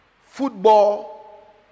football